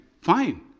Fine